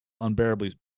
unbearably